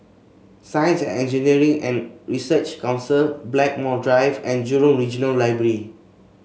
Science and Engineering and Research Council Blackmore Drive and Jurong Regional Library